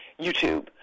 YouTube